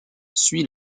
suit